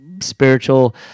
spiritual